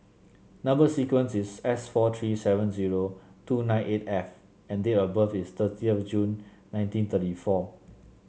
number sequence is S four three seven zero two nine eight F and date of birth is thirty of June nineteen thirty four